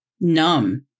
numb